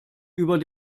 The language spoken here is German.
über